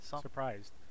surprised